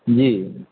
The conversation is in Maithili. जी